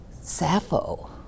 Sappho